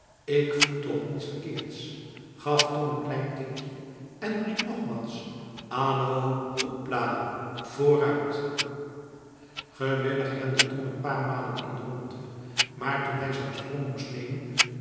ik voel toch niets verkeerds gaf tom een klein tikje en riep nogmaals allo hoepla vooruit gewillig rende tom een paar malen in de rondte maar toen hij zijn sprong moest nemen